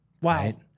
Wow